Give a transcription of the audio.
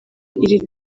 iri